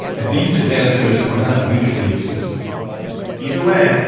and these two answers are not mutually exclusive either way,